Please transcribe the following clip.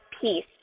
peace